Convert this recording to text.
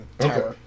Okay